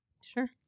sure